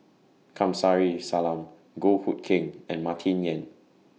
Kamsari Salam Goh Hood Keng and Martin Yan